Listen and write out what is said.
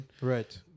Right